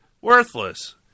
worthless